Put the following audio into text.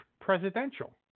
presidential